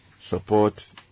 support